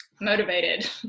motivated